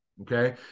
Okay